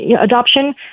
adoption